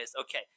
okay